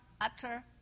utter